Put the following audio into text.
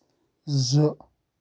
زٕ